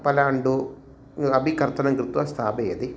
पलाण्डुम् अपि कर्तनं कृत्वा स्थापयति